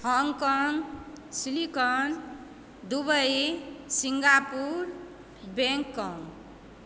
Hong Kong silicon Dubai Singapore Bangkok